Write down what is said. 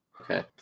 Okay